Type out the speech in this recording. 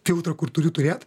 filtrą kur turiu turėt